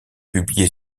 publiée